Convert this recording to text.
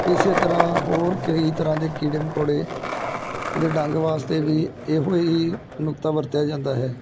ਇਸ ਤਰ੍ਹਾਂ ਹੋਰ ਕਈ ਤਰ੍ਹਾਂ ਦੇ ਕੀੜੇ ਮਕੌੜੇ ਦੇ ਡੰਗ ਵਾਸਤੇ ਵੀ ਇਹੋ ਹੀ ਨੁਕਤਾ ਵਰਤਿਆ ਜਾਂਦਾ ਹੈ